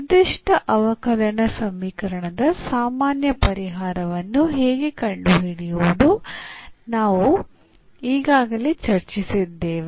ನಿರ್ದಿಷ್ಟ ಅವಕಲನ ಸಮೀಕರಣದ ಸಾಮಾನ್ಯ ಪರಿಹಾರವನ್ನು ಹೇಗೆ ಕಂಡುಹಿಡಿಯುವುದು ನಾವು ಈಗಾಗಲೇ ಚರ್ಚಿಸಿದ್ದೇವೆ